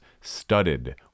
studded